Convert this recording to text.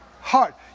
heart